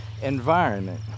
Environment